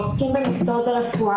או עוסקים במקצועות הרפואה,